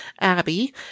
Abby